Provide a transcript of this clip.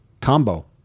combo